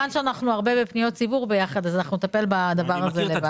מכיוון שאנחנו הרבה בפניות ציבור ביחד אז אנחנו נטפל בדבר הזה לבד.